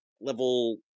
level